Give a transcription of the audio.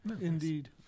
Indeed